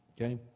Okay